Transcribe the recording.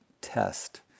test